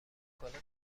شکلات